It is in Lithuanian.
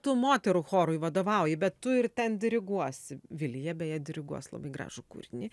tu moterų chorui vadovauji bet tu ir ten diriguosi vilija beje diriguos labai gražų kūrinį